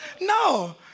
no